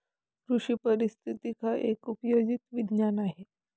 कृषी पारिस्थितिकी एक उपयोजित विज्ञान आहे